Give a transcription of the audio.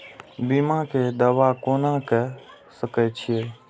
बीमा के दावा कोना के सके छिऐ?